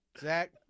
Zach